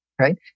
right